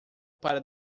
para